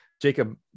Jacob